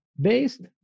based